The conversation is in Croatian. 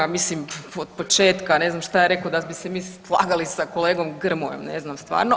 Mislim od početka, ne znam šta je rekao da bi se mi slagali sa kolegom Grmojom, ne znam stvarno.